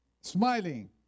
smiling